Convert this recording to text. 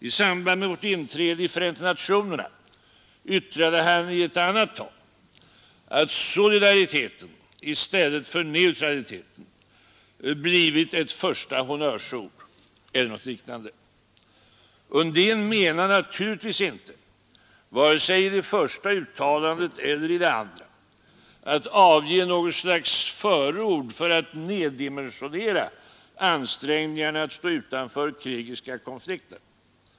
I samband med vårt inträde i Förenta nationerna yttrade han i ett annat tal att solidariteten, i stället för neutraliteten, blivit ett första honnörsord eller något liknande. Undén avsåg naturligtvis inte, vare sig i det första uttalandet eller i det andra, att avge något slags förord för att neddimensionera ansträngningarna att stå utanför krigiska konflikter.